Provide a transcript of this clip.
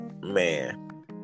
man